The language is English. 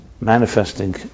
manifesting